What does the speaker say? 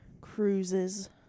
Cruises